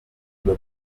due